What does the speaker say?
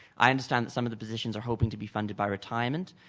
i understand that some of the positions are hoping to be funded by retirement.